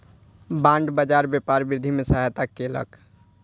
bond बाजार व्यापार वृद्धि में सहायता केलक